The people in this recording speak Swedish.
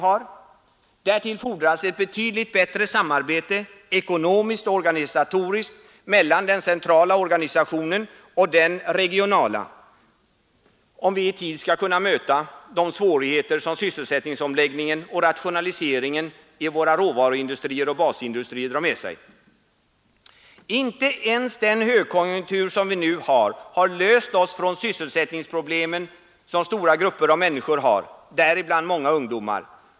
Och det fordras ett betydligt bättre samarbete ekonomiskt och organisatoriskt mellan den centrala organisationen och den regionala, om vi i tid skall kunna möta de svårigheter som sysselsättningsomläggningen och rationaliseringen i våra råvaruindustrier och basindustrier drar med sig. Inte ens den högkonjunktur, som vi nu har, har löst oss från de sysselsättningsproblem som möter stora grupper av människor, däribland många ungdomar.